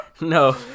No